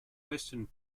western